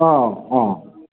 औ औ